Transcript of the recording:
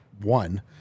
one